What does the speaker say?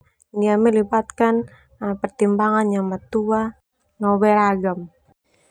Melibatkan pertimbangan yang matua no beragam.